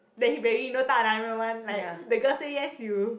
then he very know 大男人 [one] like the girl say yes you